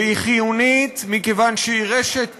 והוא חיוני מכיוון שהוא רשת פתוחה,